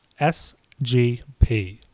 SGP